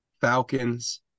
Falcons